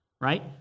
right